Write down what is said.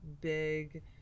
big